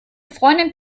freundin